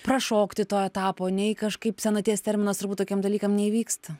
prašokti to etapo nei kažkaip senaties terminas turbut tokiem dalykam neįvyksta